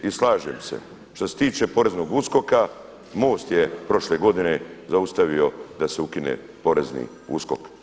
I slažem se, što se tiče poreznog uskoka MOST je prošle godine zaustavio da se ukine porezni Uskok.